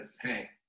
hey